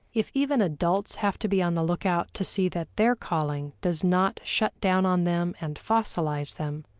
if even adults have to be on the lookout to see that their calling does not shut down on them and fossilize them,